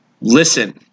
Listen